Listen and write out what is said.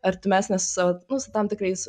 artimesnė su savo nu su tam tikrais